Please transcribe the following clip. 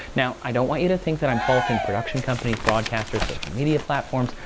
now, i don't want you to think that i'm faulting production companies, broadcasters, social media platforms,